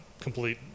complete